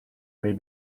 may